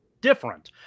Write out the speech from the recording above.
different